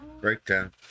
Breakdown